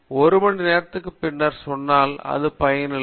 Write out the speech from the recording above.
1 மணிநேரத்திற்கு பின்னர் சொன்னால் அது பயன் இல்லை